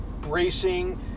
bracing